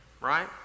Right